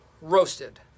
Roasted